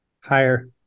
Higher